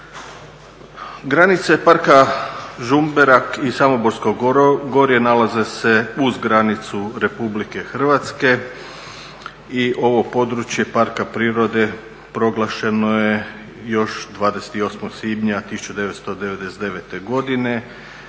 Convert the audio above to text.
Granice Parka Žumberak i Samoborsko gorje nalaze se uz granicu Republike Hrvatske i ovo područje Parka prirode proglašeno je još 28. svibnja 1999. godine.